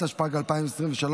התשפ"ג 2023,